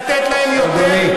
לתת להם יותר.